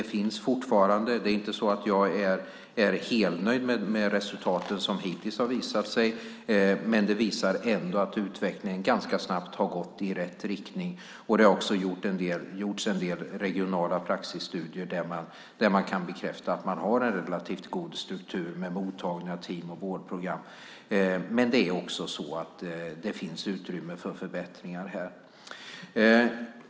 Jag är inte helnöjd med de resultat som hittills har visat sig, men de visar ändå att utvecklingen ganska snabbt har gått i rätt riktning. Det har gjorts en del regionala praxisstudier som bekräftar att man har en relativt god struktur med mottagningar, team och vårdprogram. Men det finns utrymme för förbättringar.